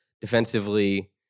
Defensively